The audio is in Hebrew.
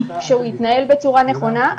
שהוא יתנהל בצורה נכונה.